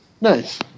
Nice